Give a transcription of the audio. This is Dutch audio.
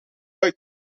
uit